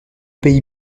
pays